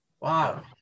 Wow